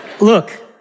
Look